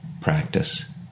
practice